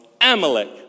Amalek